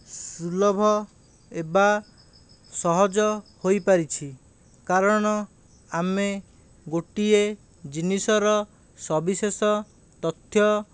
ସୁଲଭ ଏବା ସହଜ ହୋଇପାରିଛି କାରଣ ଆମେ ଗୋଟିଏ ଜିନିଷର ସବିଶେଷ ତଥ୍ୟ